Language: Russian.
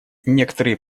некоторые